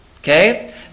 okay